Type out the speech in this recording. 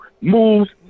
moves